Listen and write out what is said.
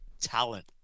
talent